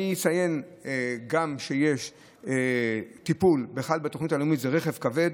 אני אציין גם שיש בתוכנית הלאומית טיפול ברכב כבד.